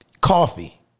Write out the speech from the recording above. Coffee